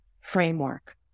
framework